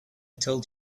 told